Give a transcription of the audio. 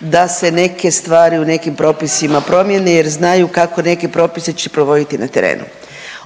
da se neke stvari u nekim propisima promjene jer znaju kako neke propise će provoditi na terenu.